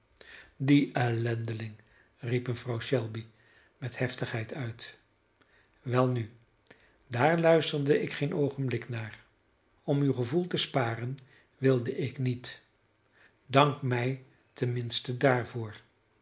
die ellendeling riep mevrouw shelby met heftigheid uit welnu daar luisterde ik geen oogenblik naar om uw gevoel te sparen wilde ik niet dank mij tenminste daarvoor